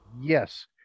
Yes